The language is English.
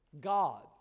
God